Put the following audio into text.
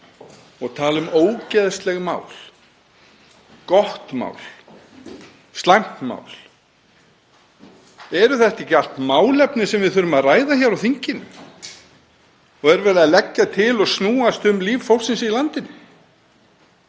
og tala um ógeðsleg mál, gott mál, slæmt mál — eru þetta ekki allt málefni sem við þurfum að ræða hér á þinginu og er verið að leggja til og snúast um líf fólksins í landinu?